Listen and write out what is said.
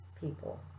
people